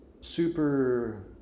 super